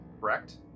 correct